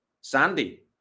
Sandy